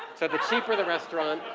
so the cheaper the restaurant,